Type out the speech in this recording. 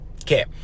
Okay